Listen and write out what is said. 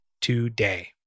today